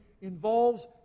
involves